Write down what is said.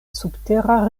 subtera